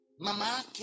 Mama